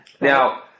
Now